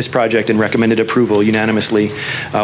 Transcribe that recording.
this project and recommended approval unanimously